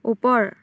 ওপৰ